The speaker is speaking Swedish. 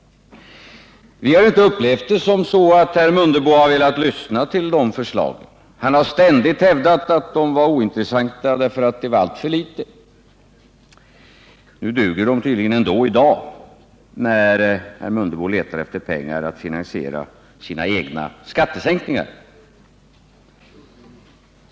Vi har inte upplevt det så, att herr Mundebo har velat lyssna på de förslagen. Han har ständigt hävdat att de varit ointressanta därför att de omfattat för litet. Nu duger de tydligen ändå, när herr Mundebo letar efter pengar för att finansiera sina egna skattesänkningar.